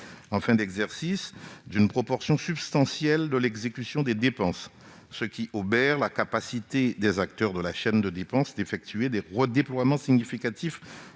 en fin d'exercice d'une proportion substantielle de l'exécution des dépenses, ce qui obère la capacité des acteurs de la chaîne de dépenses d'effectuer des redéploiements significatifs